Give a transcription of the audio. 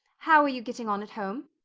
how are you getting on at home?